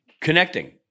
connecting